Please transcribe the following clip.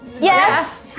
Yes